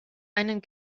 einen